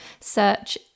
Search